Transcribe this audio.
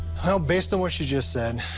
well, based on what she just said,